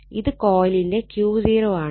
ഇത് കൊയിലിന്റെ Q0 ആണ്